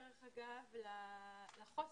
דרך אגב, לחוסן.